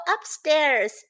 upstairs